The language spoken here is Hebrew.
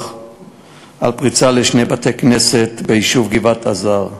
על פריצה לשני בתי-כנסת ביישוב עזר.